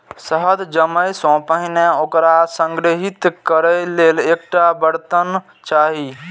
शहद जमै सं पहिने ओकरा संग्रहीत करै लेल एकटा बर्तन चाही